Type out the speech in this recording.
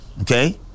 Okay